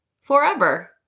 forever